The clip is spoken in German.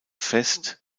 fest